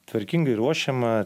tvarkingai ruošiama